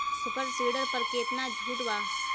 Super seeder पर केतना छूट बा?